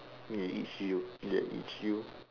ya it's you ya it's you